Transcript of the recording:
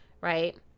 right